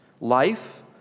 Life